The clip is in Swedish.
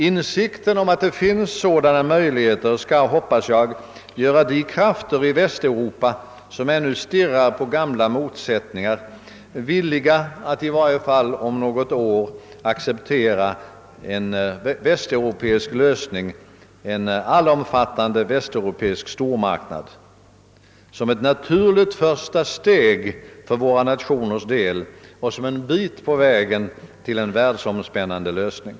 Insikten om att det finns sådana möjligheter skall, hoppas jag, göra dem i Västeuropa, som ännu stirrar på gamla motsättningar, villiga att i varje fall om något år acceptera en allomfattande västeuropeisk ekonomisk union som ett naturligt första steg för våra nationers del mot en världsomspännande lösning.